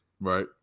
right